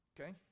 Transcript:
Okay